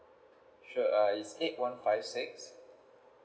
sure it's eight one five six